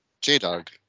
J-Dog